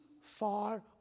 far